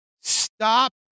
stop